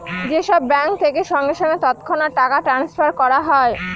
যে সব ব্যাঙ্ক থেকে সঙ্গে সঙ্গে তৎক্ষণাৎ টাকা ট্রাস্নফার করা হয়